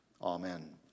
Amen